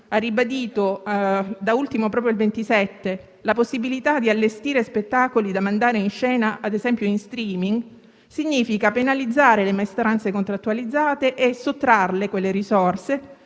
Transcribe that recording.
ha ribadito - da ultimo proprio il 27 ottobre - la possibilità di allestire spettacoli da mandare in scena ad esempio in *streaming*, significa penalizzare le maestranze contrattualizzate e sottrarre quelle risorse